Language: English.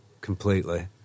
completely